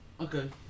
Okay